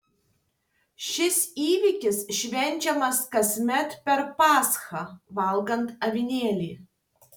šis įvykis švenčiamas kasmet per paschą valgant avinėlį